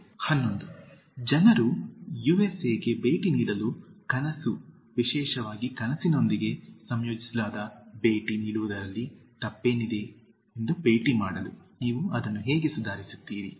ಕಾಣುತ್ತಾರೆ 11 ಜನರು ಯುಎಸ್ಎಗೆ ಭೇಟಿ ನೀಡಲು ಕನಸು ವಿಶೇಷವಾಗಿ ಕನಸಿನೊಂದಿಗೆ ಸಂಯೋಜಿಸಿದಾಗ ಭೇಟಿ ನೀಡುವುದರಲ್ಲಿ ತಪ್ಪೇನಿದೆ ಎಂದು ಭೇಟಿ ಮಾಡಲು ನೀವು ಇದನ್ನು ಹೇಗೆ ಸುಧಾರಿಸುತ್ತೀರಿ